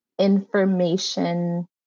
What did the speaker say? information